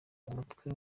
umutwe